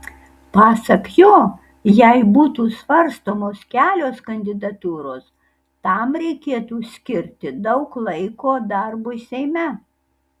pasak jo jei būtų svarstomos kelios kandidatūros tam reikėtų skirti daug laiko darbui seime